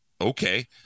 okay